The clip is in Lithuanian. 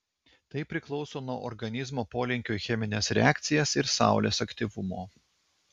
tai priklauso nuo organizmo polinkio į chemines reakcijas ir saulės aktyvumo